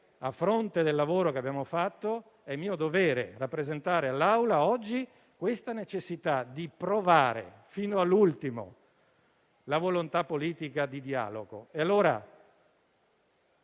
a fronte del lavoro che abbiamo fatto, oggi è mio dovere rappresentare all'Aula questa necessità di provare fino all'ultimo la volontà politica di dialogo.